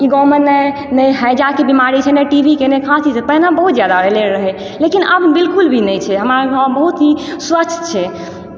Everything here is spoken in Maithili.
ई गाँव मे ने नहि हैजाके बिमारी छै नहि टी वी के नहि खाँसी पहिने बहुत जादा रहले रहै लेकिन आब बिलकुल भी नहि छै हमार गाँव बहुत ही स्वच्छ छै